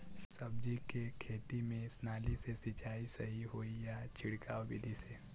सब्जी के खेती में नाली से सिचाई सही होई या छिड़काव बिधि से?